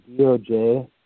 DOJ